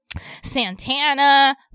Santana